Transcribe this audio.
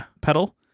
pedal